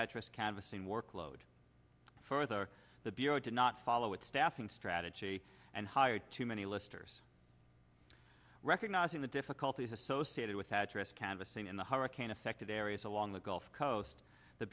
address canvassing workload further the bureau did not follow its staffing strategy and hired too many listers recognizing the difficulties associated with address canvassing in the hurricane affected areas along the gulf coast the